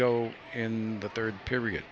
go in the third period